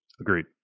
Agreed